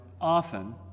often